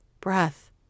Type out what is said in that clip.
breath